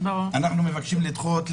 אנחנו מבקשים לדחות,